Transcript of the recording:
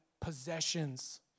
possessions